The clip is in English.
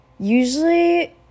Usually